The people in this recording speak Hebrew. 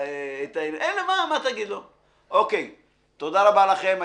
תודה רבה לכולם.